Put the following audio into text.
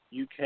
UK